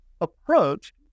approach